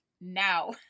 now